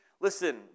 Listen